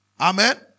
Amen